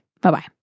Bye-bye